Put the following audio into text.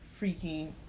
Freaking